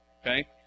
Okay